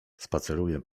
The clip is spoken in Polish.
spaceruję